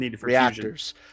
reactors